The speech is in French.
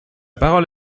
parole